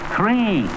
three